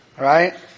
Right